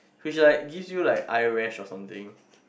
which like gives you like eye rash or something